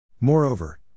Moreover